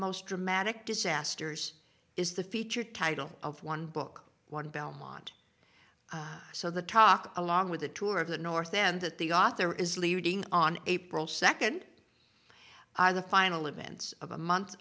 most dramatic disasters is the featured title of one book one belmont so the talk along with a tour of the north and that the author is leading on april second are the final events of a month